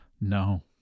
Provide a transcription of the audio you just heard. No